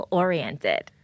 oriented